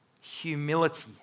humility